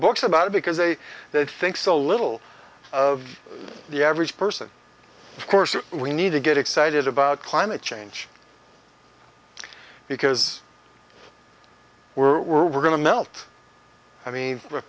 books about it because they they think so little of the average person of course we need to get excited about climate change because we're going to melt i mean